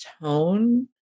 tone